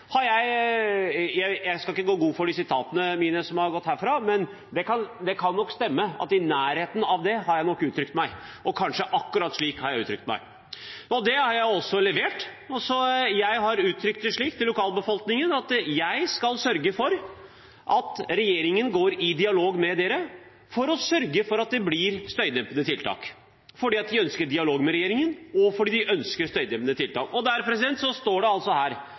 dette. Jeg skal ikke gå god for sitatene mine herfra, men det kan nok stemme at jeg har uttrykt meg i nærheten av det, og at jeg kanskje har uttrykt meg akkurat slik. Det har jeg også levert. Jeg har uttrykt det slik til lokalbefolkningen at jeg skal sørge for at regjeringen går i dialog med dem for å sørge for at det blir støydempende tiltak – fordi de ønsker dialog med regjeringen, og fordi de ønsker støydempende tiltak. Det står altså her